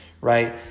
right